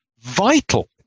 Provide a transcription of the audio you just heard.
vital